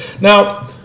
Now